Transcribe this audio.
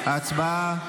הצבעה.